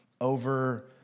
over